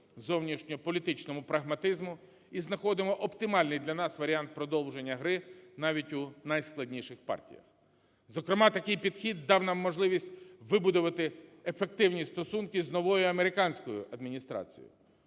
зовнішньополітичному прагматизму і знаходимо оптимальний для нас варіант продовження гри навіть у найскладніших партіях. Зокрема, такий підхід дав нам можливість вибудувати ефективні стосунки з новою американською адміністрацією.